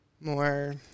more